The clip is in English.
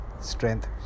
strength